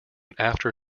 after